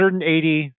180